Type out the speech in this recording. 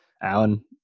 Alan